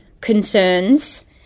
concerns